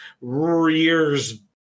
rears